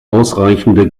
ausreichende